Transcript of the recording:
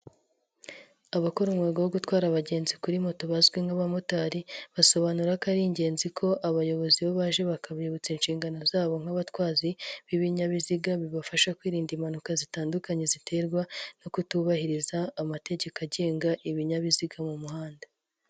Abakora umwuga wo gutwara abagenzi kuri moto bazwi nk'abamotari, basobanura ko ari ingenzi ko abayobozi iyo baje bakabibutsa inshingano zabo nk'abatwazi b'ibinyabiziga, bibafasha kwirinda impanuka zitandukanye ziterwa no kutubahiriza amategeko agenga ibinyabiziga mu muhanda.